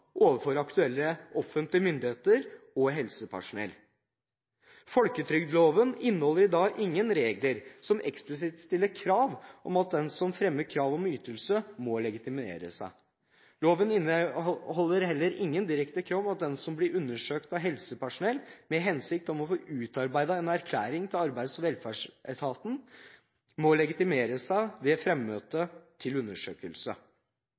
overfor aktuelle offentlige myndigheter og helsepersonell. Folketrygdloven inneholder i dag ingen regler som eksplisitt stiller krav om at den som fremmer krav om ytelse, må legitimere seg. Loven inneholder heller ingen direkte krav om at den som blir undersøkt av helsepersonell med hensikt om å få utarbeidet en erklæring til arbeids- og velferdsetaten, må legitimere seg ved fremmøte til undersøkelse.